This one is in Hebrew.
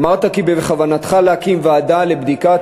אמרת כי בכוונתך להקים ועדה לבדיקת